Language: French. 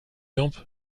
lampe